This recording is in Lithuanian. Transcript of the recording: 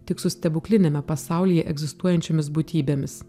tik su stebukliniame pasaulyje egzistuojančiomis būtybėmis